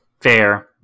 fair